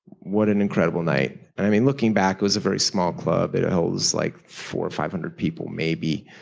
what an incredible night. and i mean looking back it was a very small club. it it holds like four hundred or five hundred people, maybe.